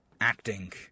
acting